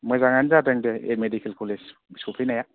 मोजाङानो जादों दे ए मेडिकेल कलेज सौफैनाया